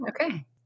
Okay